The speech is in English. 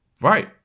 Right